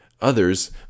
Others